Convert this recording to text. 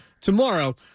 tomorrow